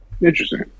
Interesting